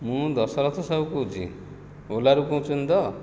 ମୁଁ ଦଶରଥ ସାହୁ କହୁଛି ଓଲାରୁ କହୁଛନ୍ତି ତ